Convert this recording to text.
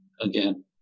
again